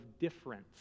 difference